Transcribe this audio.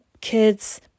kids